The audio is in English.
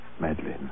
Madeline